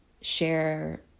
share